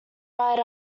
right